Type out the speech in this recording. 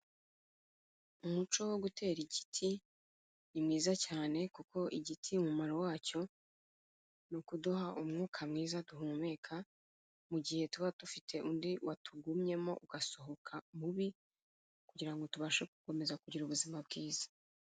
Umuco wo gutera igiti ni mwiza cyane kuko igiti umumaro wacyo ni ukuduha umwuka mwiza duhumeka, mu gihe tuba dufite undi watugumyemo ugasohoka mubi, kugira ngo tubashe gukomeza kugira ubuzima bwiza.